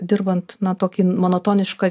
dirbant na tokį monotonišką